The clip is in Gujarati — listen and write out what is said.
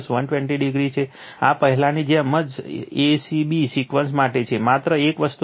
આ પહેલાની જેમ જ a c b સિક્વન્સ માટે છે માત્ર એક વસ્તુ બદલાઈ છે